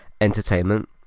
entertainment